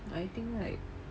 I think like